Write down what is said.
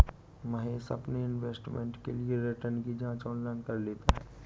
महेश अपने इन्वेस्टमेंट के लिए रिटर्न की जांच ऑनलाइन कर लेता है